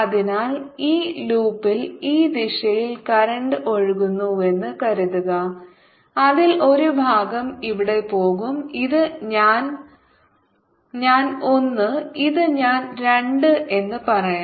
അതിനാൽ ഈ ലൂപ്പിൽ ഈ ദിശയിൽ കറന്റ് ഒഴുകുന്നുവെന്ന് കരുതുക അതിൽ ഒരു ഭാഗം ഇവിടെ പോകും ഇത് ഞാൻ ഞാൻ ഒന്ന് ഇത് ഞാൻ രണ്ട് എന്ന് പറയാം